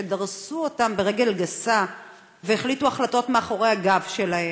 שדרסו אותם ברגל גסה והחליטו החלטות מאחורי הגב שלהם,